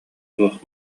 туох